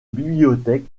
bibliothèque